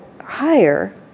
higher